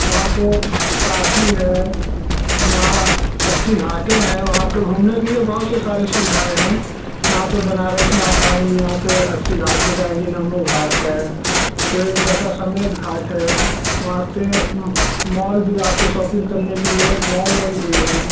वहाँ पर काशी है वहाँ अस्सी घाटें हैं वहाँ पर घूमने के लिए बहुत सी सारी सुविधाएँ हैं यहाँ पर बनारस में आप आएँगे यहाँ पर अस्सी घाट पर जाइए नमो घाट है फिर दशा समेद घाट है वहाँ पर मॉल भी आपको शॉपिंग करने के लिए मॉल वॉल भी है